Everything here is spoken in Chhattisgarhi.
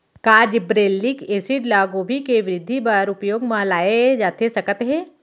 का जिब्रेल्लिक एसिड ल गोभी के वृद्धि बर उपयोग म लाये जाथे सकत हे?